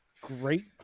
great